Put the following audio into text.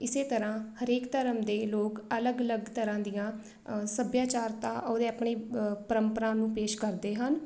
ਇਸੇ ਤਰ੍ਹਾਂ ਹਰੇਕ ਧਰਮ ਦੇ ਲੋਕ ਅਲੱਗ ਅਲੱਗ ਤਰ੍ਹਾਂ ਦੀਆਂ ਸੱਭਿਆਚਾਰਤਾ ਔਰ ਆਪਣੀ ਪਰੰਪਰਾ ਨੂੰ ਪੇਸ਼ ਕਰਦੇ ਹਨ